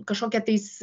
kažkokia tais